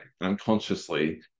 unconsciously